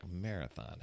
marathon